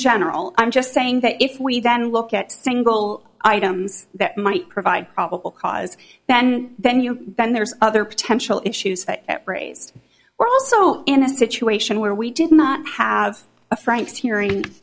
general i'm just saying that if we then look at single items that might provide probable cause then then you then there's other potential issues raised we're also in a situation where we did not have a franks hearing